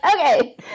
okay